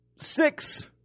six